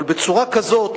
אבל בצורה כזאת,